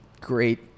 Great